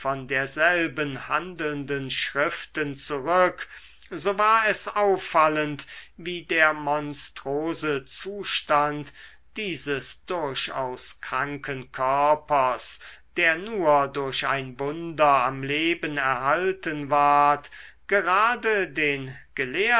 derselben handelnden schriften zurück so war es auffallend wie der monstrose zustand dieses durchaus kranken körpers der nur durch ein wunder am leben erhalten ward gerade den